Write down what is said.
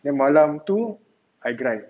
then malam tu I grind